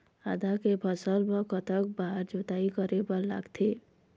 आदा के फसल बर कतक बार जोताई करे बर लगथे?